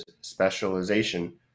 specialization